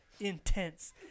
intense